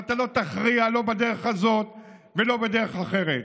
ואתה לא תכריע, לא בדרך הזאת ולא בדרך אחרת.